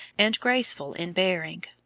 and graceful in bearing,